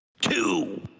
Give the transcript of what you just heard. two